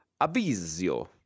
Abizio